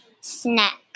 snack